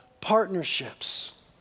partnerships